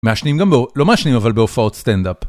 מעשנים גם בו, לא מעשנים אבל בהופעות סטנדאפ.